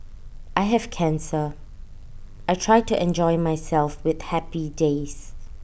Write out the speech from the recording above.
I have cancer I try to enjoy myself with happy days